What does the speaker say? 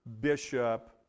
bishop